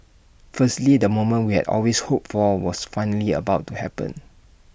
firstly the moment we had always hoped for was finally about to happen